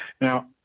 Now